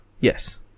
yes